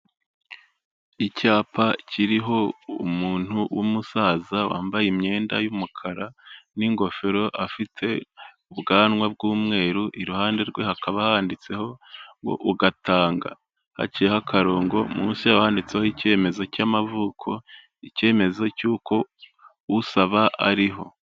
Icyapa kiriho umuntu w'umusaza wambaye imyenda y'umukara n'ingofero afite ubwanwa bw'umweru iruhande rwe hakaba handitseho ngo ugatanga haciye akarongo munsi wanditseho icyemezo cy'amavuko icyemezo cy'uko usaba ariho.